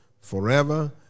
forever